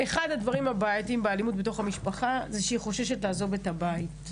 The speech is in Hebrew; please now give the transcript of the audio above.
אחד הדברים הבעייתיים באלימות במשפחה זה שהיא חוששת לעזוב את הבית.